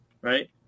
right